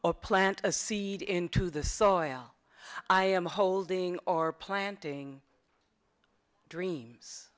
or plant a seed into the soil i am holding or planting dreams